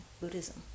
Buddhism